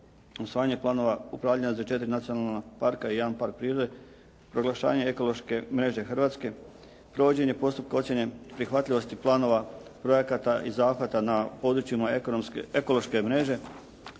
usvajanje planova upravljanja za 4 nacionalna parka i jedan park prirode, proglašavanje ekološke mreže Hrvatske, provođenje postupka ocjene prihvatljivosti planova, projekata i zahvata na područjima ekološke mreže,